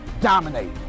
dominate